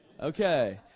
Okay